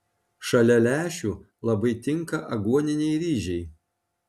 šalia lęšių labai tinka aguoniniai ryžiai